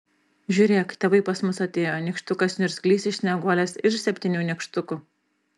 žiūrėk tėvai pas mus atėjo nykštukas niurzglys iš snieguolės ir septynių nykštukų